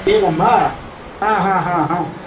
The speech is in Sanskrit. एवं वा हा हा हा हा